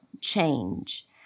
change